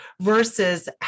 versus